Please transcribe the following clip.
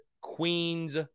Queens